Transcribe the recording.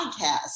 podcast